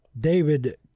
David